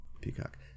Peacock